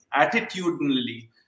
attitudinally